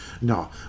No